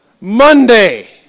Monday